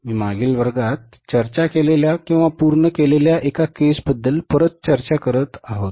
मी मागील वर्गात चर्चा केलेल्या किंवा पूर्ण केलेल्या एका केस बद्दल परत चर्चा करीत आहोत